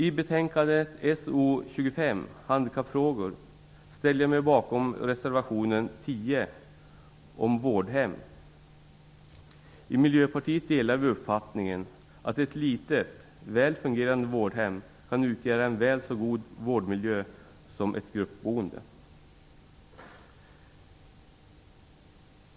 I betänkande SoU25 Handikappfrågor ställer jag mig bakom reservation 10 om vårdhem. I Miljöpartiet delar vi uppfattningen att ett litet väl fungerande vårdhem kan utgöra en väl så god vårdmiljö som ett gruppboende.